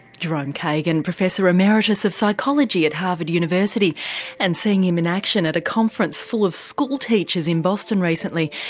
jerome kagan, professor emeritus of psychology at harvard university and seeing him in action at a conference full of school teachers in boston recently,